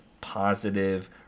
positive